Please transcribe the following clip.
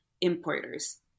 importers